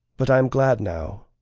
but i am glad now.